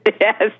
Yes